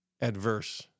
adverse